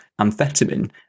amphetamine